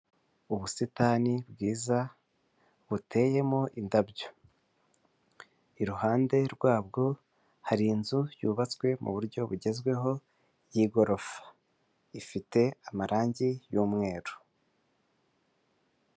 Ubusitani bwiza buteyemo indabyo, iruhande rwabwo hari inzu yubatswe mu buryo bugezweho y'igorofa, ifite amarangi y'umweru,